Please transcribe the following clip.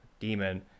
Demon